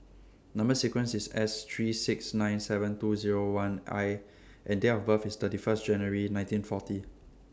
Number sequence IS S three six nine seven two Zero one I and Date of birth IS thirty First January nineteen forty